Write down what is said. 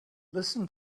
listen